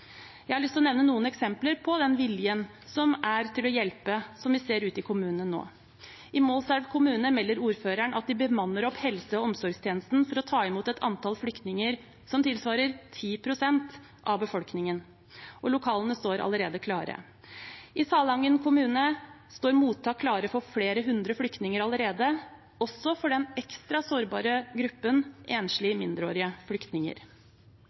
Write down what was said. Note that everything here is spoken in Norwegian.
Jeg har lyst til å nevne noen eksempler på den viljen som er til å hjelpe, og som vi ser ute i kommunene nå. I Målselv kommune melder ordføreren at de bemanner opp helse- og omsorgstjenesten for å ta imot et antall flyktninger som tilsvarer 10 pst. av befolkningen, og lokalene står allerede klare. I Salangen kommune står mottak klare for flere hundre flyktninger allerede, også for den ekstra sårbare gruppen enslige mindreårige flyktninger.